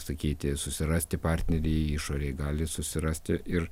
sakyti susirasti partnerį išorėj gali susirasti ir